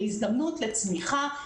הזדמנות לצמיחה.